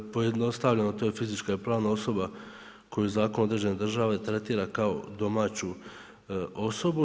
Pojednostavljeno to je fizička i pravna osoba koju zakon određene države tretira kao domaću osobu.